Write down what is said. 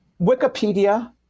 Wikipedia